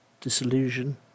disillusion